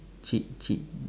chee~ chee~